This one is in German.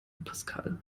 pascal